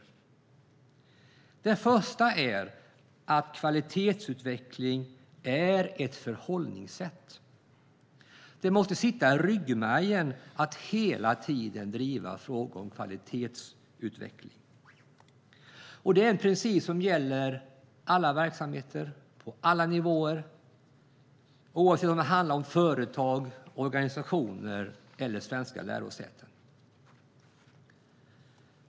För det första är kvalitetsutveckling ett förhållningssätt. Det måste sitta i ryggmärgen att hela tiden driva frågor om kvalitetsutveckling. Det är en princip som gäller alla verksamheter på alla nivåer, oavsett om det handlar om företag, organisationer eller svenska lärosäten.